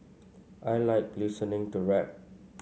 I like listening to rap